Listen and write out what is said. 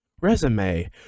resume